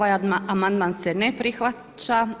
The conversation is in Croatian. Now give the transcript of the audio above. Amandman se ne prihvaća.